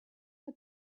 but